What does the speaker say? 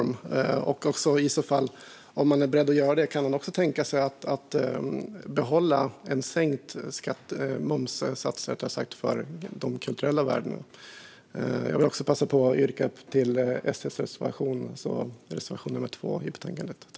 Och om han är beredd att göra det, kan han också tänka sig att behålla en sänkt momssats för de kulturella värdena? Jag vill också passa på att yrka bifall till SD:s reservation nummer 2 i betänkandet.